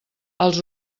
els